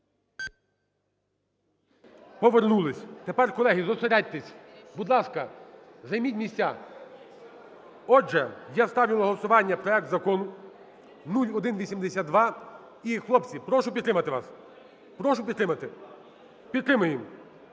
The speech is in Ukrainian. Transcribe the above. Повернулись. Тепер, колеги, зосередьтеся. Будь ласка, займіть місця. Отже, я ставлю на голосування проект Закону 0182, і, хлопці, прошу підтримати вас. Прошу підтримати. Підтримуємо.